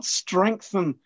strengthen